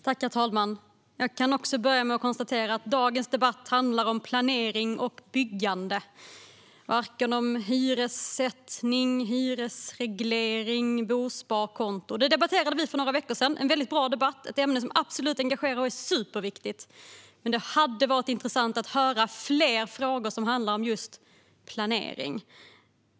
Herr talman! Dagens debatt handlar som sagt om planering och byggande, inte om hyressättning, hyresreglering eller bosparkonton. Vi debatterade detta för några veckor sedan, och det var en bra debatt i ett ämne som engagerar och är superviktigt. I dag hade det dock varit intressant att höra mer om just planering.